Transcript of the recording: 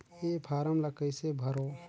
ये फारम ला कइसे भरो?